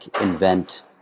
invent